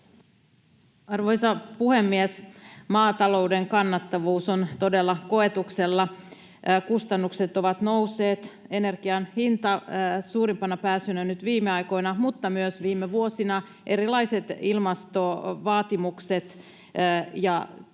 Arvoisa puhemies! Maatalouden kannattavuus on todella koetuksella. Kustannukset ovat nousseet — energian hinta on ollut suurimpana pääsyynä nyt viime aikoina mutta viime vuosina myös erilaiset ilmastovaatimukset ja toki